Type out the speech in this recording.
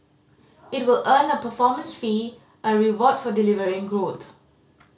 it will earn a performance fee a reward for delivering growth